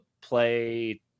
play